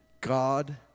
God